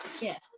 yes